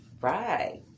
right